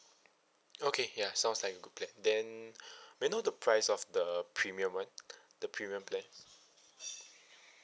okay ya sounds like a good plan then may I know the price of the premium one the premium plan